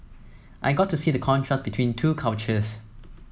I got to see the contrast between two cultures